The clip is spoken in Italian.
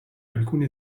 alcuni